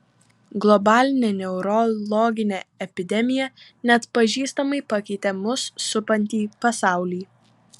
globalinė neurologinė epidemija neatpažįstamai pakeitė mus supantį pasaulį